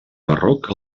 barroc